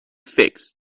figs